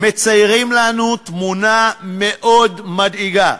מציירים לנו תמונה מאוד מדאיגה: